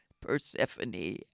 Persephone